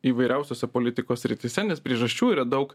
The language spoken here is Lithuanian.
įvairiausiose politikos srityse nes priežasčių yra daug